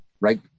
Right